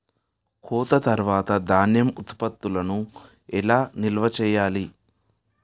కోత తర్వాత ధాన్యం ఉత్పత్తులను ఎలా నిల్వ చేయాలి?